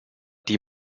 die